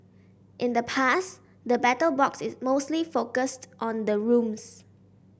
in the past the Battle Box is mostly focused on the rooms